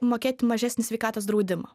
mokėti mažesnį sveikatos draudimą